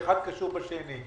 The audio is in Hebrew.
כאשר האחד קשור בשני.